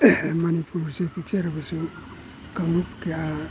ꯃꯅꯤꯄꯨꯔꯁꯦ ꯄꯤꯛꯆꯔꯕꯁꯨ ꯀꯥꯡꯂꯨꯞ ꯀꯌꯥ